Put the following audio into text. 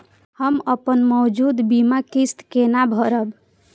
हम अपन मौजूद बीमा किस्त केना भरब?